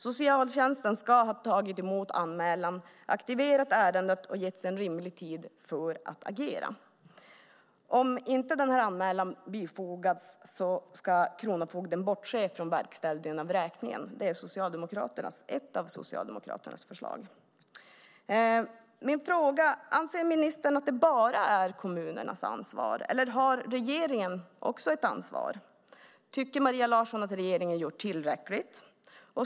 Socialtjänsten ska ha tagit emot anmälan, aktiverat ärendet och getts en rimlig tid att agera. Om anmälan inte bifogas ska kronofogden bortse från verkställande av vräkningen. Det är ett av Socialdemokraternas förslag. Min fråga är: Anser ministern att det bara är kommunernas ansvar, eller har regeringen också ett ansvar? Tycker Maria Larsson att regeringen har gjort tillräckligt?